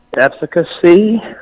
efficacy